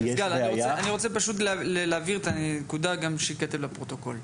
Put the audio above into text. אני רוצה להבהיר את הנקודה גם בכדי שייכתב לפרוטוקול.